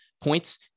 points